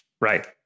Right